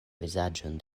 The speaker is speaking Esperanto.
vizaĝon